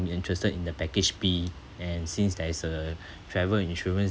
interested in the package B and since there is a travel insurance